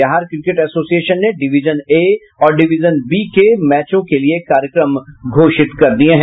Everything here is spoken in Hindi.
बिहार क्रिकेट एसोसिएशन ने डीविजन ए और डीविजन बी के मैचों के लिए कार्यक्रम घोषित कर दिये हैं